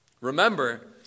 Remember